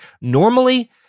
normally